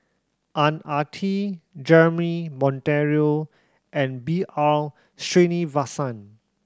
Ang Ah Tee Jeremy Monteiro and B R Sreenivasan